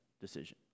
decision